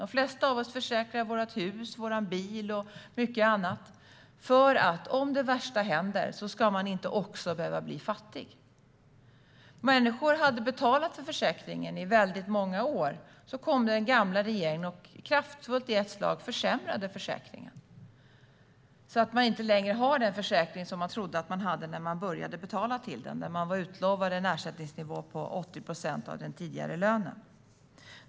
De flesta av oss försäkrar vårt hus, vår bil och mycket annat, för om det värsta händer ska man inte också behöva bli fattig. Människor hade betalat till försäkringen i väldigt många år. Då kom den gamla regeringen och försämrade kraftfullt och i ett slag försäkringen så att man inte längre hade den försäkring som man trodde att man hade när man började betala till den, när man var utlovad en ersättningsnivå på 80 procent av den tidigare lönen.